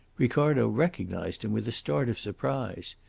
ricardo recognised him with a start of surprise.